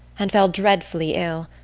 and fell dreadfully ill,